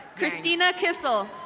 christina kissell.